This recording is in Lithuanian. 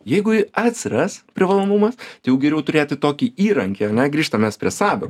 jeigu ji atsiras privalomumas tai jau geriau turėti tokį įrankį ar ne grįžtam mes prie sabio